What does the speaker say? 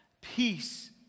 peace